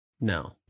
No